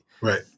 right